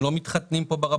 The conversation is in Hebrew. הם לא מתחתנים פה ברבנות,